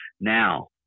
Now